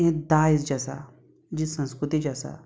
हें दायज जें आसा जी संस्कृती जी आसा